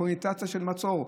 הקונוטציה של מצור,